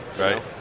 Right